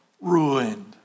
ruined